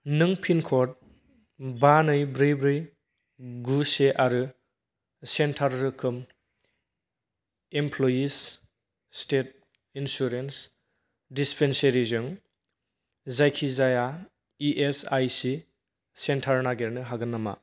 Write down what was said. नों पिनक'ड बा नै ब्रै ब्रै गु से आरो सेन्टार रोखोम एमप्ल'यिस स्टेट इन्सुरेन्स दिस्पेन्सारि जों जायखि जाया E S I C centre नागिरनो हागोन नामा